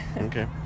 Okay